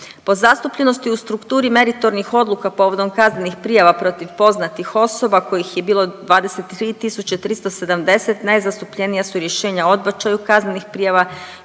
Po zastupljenosti u strukturi meritornih odluka povodom kaznenih prijava protiv poznatih osoba kojih je bilo 23 370, najzastupljenija su rješenje o odbačaju kaznenih prijava